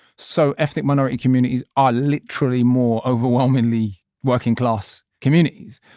so ethnic minority communities are literally more overwhelmingly working class communities.